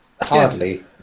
Hardly